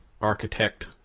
architect